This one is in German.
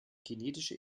kinetische